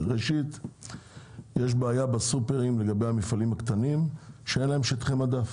יש בעיה בסופרים שאין שם שטחי מדף